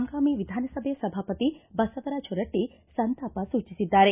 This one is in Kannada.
ಹಂಗಾಮಿ ವಿಧಾನಸಭೆ ಸಭಾಪತಿ ಬಸವರಾಜ ಹೊರಟ್ಷ ಸಂತಾಪ ಸೂಚಿಸಿದ್ದಾರೆ